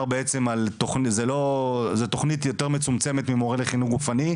זו תכנית יותר מצומצמת ממורה לחינוך גופני,